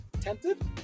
Tempted